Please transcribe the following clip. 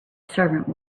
servant